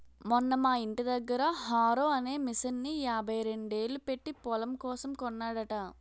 మొన్న మా యింటి దగ్గర హారో అనే మిసన్ని యాభైరెండేలు పెట్టీ పొలం కోసం కొన్నాడట